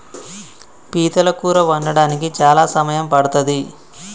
పీతల కూర వండడానికి చాలా సమయం పడ్తది